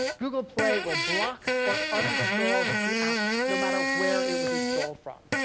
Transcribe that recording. google play will block or uninstall the app, no matter where it was installed from.